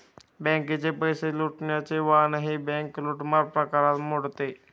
बँकेचे पैसे लुटण्याचे वाहनही बँक लूटमार प्रकारात मोडते